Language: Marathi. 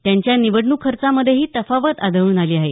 त्यांच्या निवडणूक खर्चामध्येही तफावत आढळून आली आहे